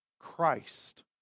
christ